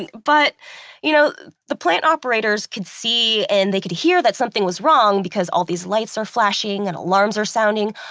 and but you know the plant operators could see and they could hear that something was wrong, because all these lights are flashing and alarms are sounding,